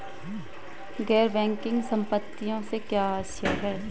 गैर बैंकिंग संपत्तियों से क्या आशय है?